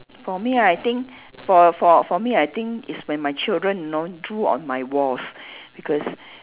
for me I think for for for me I think it's when my children you know drew on my walls because